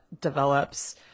develops